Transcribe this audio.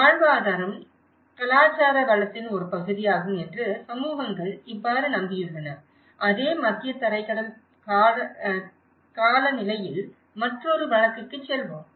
வாழ்வாதாரம் கலாச்சார வளத்தின் ஒரு பகுதியாகும் என்று சமூகங்கள் இவ்வாறு நம்பியுள்ளன அதே மத்தியதரைக் கடல் காலநிலையில் மற்றொரு வழக்குக்குச் செல்வோம்